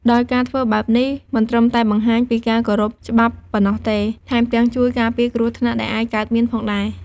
ដោយការធ្វើបែបនេះមិនត្រឹមតែបង្ហាញពីការគោរពច្បាប់ប៉ុណ្ណោះទេ ថែមទាំងជួយការពារគ្រោះថ្នាក់ដែលអាចកើតមានផងដែរ។